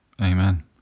Amen